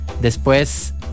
después